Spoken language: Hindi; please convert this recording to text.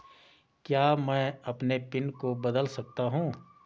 क्या मैं अपने पिन को बदल सकता हूँ?